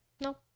No